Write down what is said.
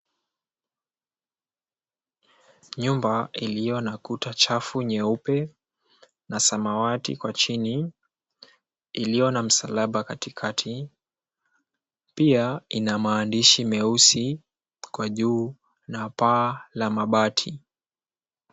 Nyumba iliyo na kuta chafu nyeupe na samawati kwa chini, iliyo na msalaba katikati, pia ina maandishi meusi kwa juu na paa la mabati.